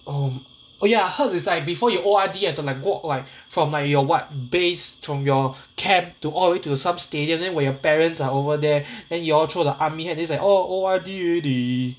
oh oh ya I heard it's like before you O_R_D you to like walk like from like your what base from your camp to all the way to some stadium then when your parents are over there then you all throw the army hat then it's like oh O_R_D ready